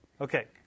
Okay